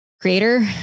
creator